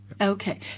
Okay